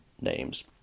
names